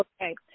okay